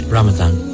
Ramadan